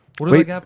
Wait